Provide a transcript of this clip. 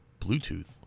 Bluetooth